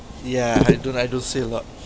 yeah I don't I don't say a lot